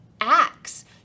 acts